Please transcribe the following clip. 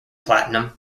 platinum